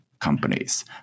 companies